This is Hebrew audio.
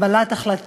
כואבת לך.